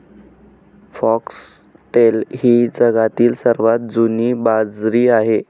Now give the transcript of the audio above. foxtail ही जगातील सर्वात जुनी बाजरी आहे